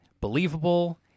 believable